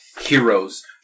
heroes